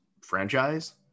franchise